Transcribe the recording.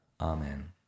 Amen